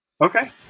Okay